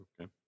Okay